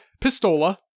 Pistola